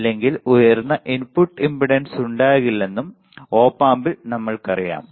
അല്ലെങ്കിൽ ഉയർന്ന input impedance ഉണ്ടാകില്ലെന്നും ഒപ് ആമ്പിൽ നമ്മൾക്കറിയാം